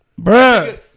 Bruh